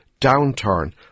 downturn